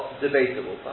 debatable